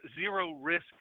zero-risk